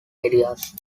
areas